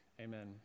amen